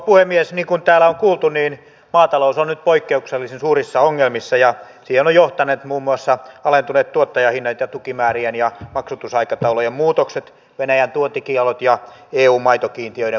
niin kuin täällä on kuultu maatalous on nyt poikkeuksellisen suurissa ongelmissa ja siihen ovat johtaneet muun muassa alentuneet tuottajahinnat ja tukimäärien ja maksatusaikataulujen muutokset venäjän tuontikiellot ja eun maitokiintiöiden poistuminen